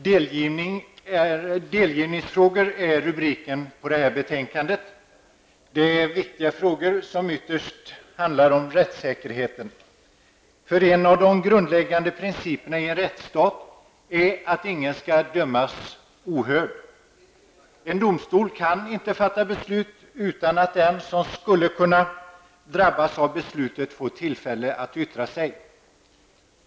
Herr talman! Delgivningsfrågor är rubriken på detta betänkande. Det gäller viktiga frågor som ytterst handlar om rättssäkerheten. En av de grundläggande principerna i en rättsstat är att ingen skall dömas ohörd. En domstol kan inte fatta beslut utan att den som skulle kunna drabbas av beslutet får tillfälle att yttra sig.